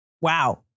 Wow